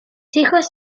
hijos